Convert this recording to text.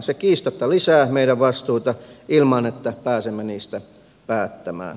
se kiistatta lisää meidän vastuitamme ilman että pääsemme niistä päättämään